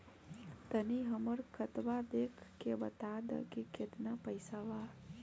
तनी हमर खतबा देख के बता दी की केतना पैसा बा?